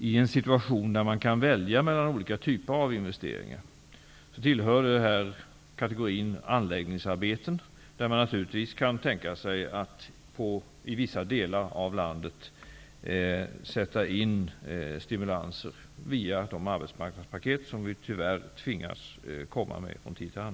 I en situation där man kan välja mellan olika typer av investeringar tillhör detta kategorin angläggningsarbete, där man naturligtvis kan tänka sig att i vissa delar av landet sätta in stimulanser via de arbetsmarknadspaket som vi från tid till annan tyvärr tvingas att ta fram.